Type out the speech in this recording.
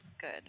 good